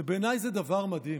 בעיניי זה דבר מדהים,